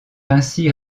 ainsi